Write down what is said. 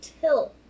tilt